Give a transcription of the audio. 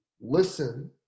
listen